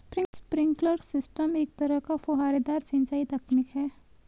sprinkler system एक तरह का फुहारेदार सिंचाई तकनीक है